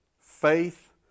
faith